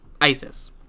ISIS